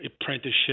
apprenticeship